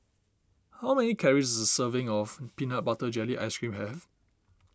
how many calories does a serving of Peanut Butter Jelly Ice Cream have